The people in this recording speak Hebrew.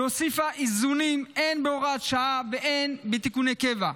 והוסיפה איזונים הן בהוראת שעה והן בתיקוני קבע.